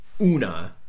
una